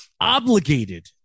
obligated